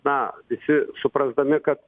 na visi suprasdami kad